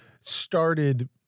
started